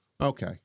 Okay